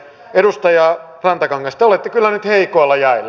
edustaja rantakangas te olette kyllä nyt heikoilla jäillä